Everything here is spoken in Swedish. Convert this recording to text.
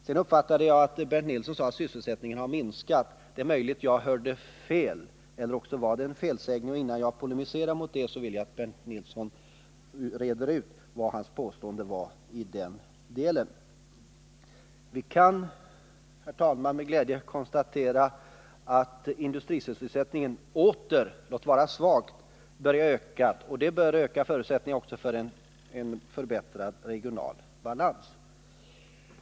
Sedan uppfattade jag att Bernt Nilsson sade att sysselsättningen har minskat. Det är möjligt att jag hörde fel, eller också var det en felsägning. Innan jag polemiserar mot det vill jag att Bernt Nilsson reder ut sitt påstående i den delen. Vi kan, herr talman, med glädje konstatera att industrisysselsättningen åter, låt vara svagt, börjat öka. Det bör öka förutsättningarna för en förbättrad regional balans.